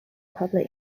public